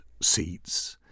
seats